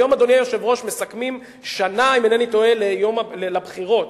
היום, אדוני היושב-ראש, מסכמים שנה ליום הבחירות.